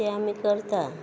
ते आमी करता